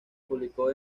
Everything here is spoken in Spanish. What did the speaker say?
publicó